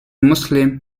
muslim